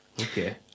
Okay